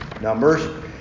Numbers